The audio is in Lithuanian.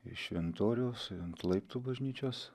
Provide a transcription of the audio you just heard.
iš šventoriaus ant laiptų bažnyčios